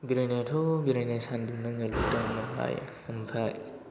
बेरायनायाथ' बेरायनो सानदोंमोन आङो लकदाउन आवहाय ओमफ्राय